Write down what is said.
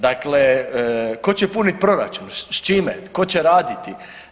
Dakle, tko će punit proračun, s čime, tko će raditi?